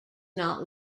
not